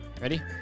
Ready